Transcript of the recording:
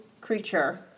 creature